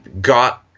got